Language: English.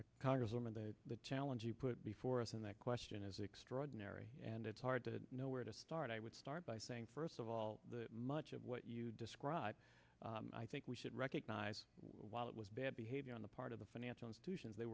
congresswoman the challenge you put before us and that question is extraordinary and it's hard to know where to start i would start by saying first of all the much of what you describe i think we should recognize while it was bad behavior on the part of the financial institutions they